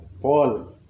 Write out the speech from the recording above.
Paul